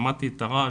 שמעתי את הרעש,